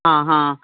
ਹਾਂ ਹਾਂ